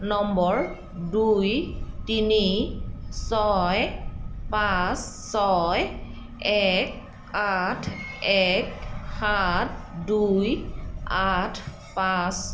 number দুই তিনি ছয় পাঁচ ছয় এক আঠ এক সাত দুই আঠ পাঁচ